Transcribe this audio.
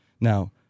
Now